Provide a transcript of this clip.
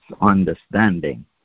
understanding